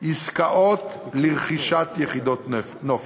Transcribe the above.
עסקאות לרכישת יחידות נופש.